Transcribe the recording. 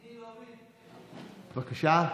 חוקה.